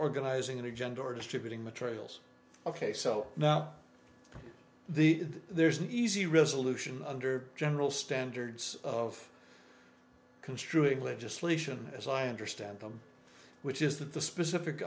organizing an agenda or distributing materials ok so now the there's an easy resolution under general standards of construing legislation as i understand them which is that the specific